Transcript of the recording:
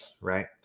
right